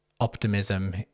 optimism